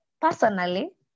personally